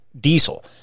diesel